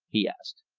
he asked.